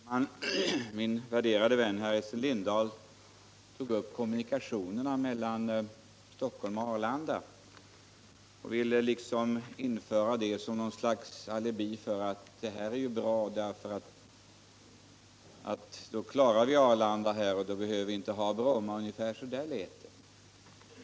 Herr talman! Min värderade vän Essen Lindahl tog upp frågan om kommunikationerna mellan Stockholm och Arlanda som något slags alibi för att man kan klara lokaliseringen av inrikesflyget till Arlanda så att man inte längre behöver ha Bromma flgyplats. — Ungefär så lät det.